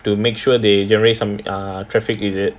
to make sure they generate some uh traffic is it